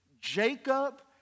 Jacob